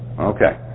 Okay